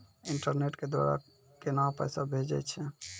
Internet के द्वारा केना पैसा भेजय छै?